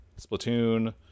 Splatoon